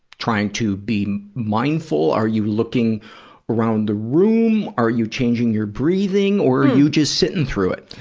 trying to be mindful, are you looking around the room, are you changing your breathing, or are you just sitting through it?